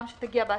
גם זו שתגיע בעתיד,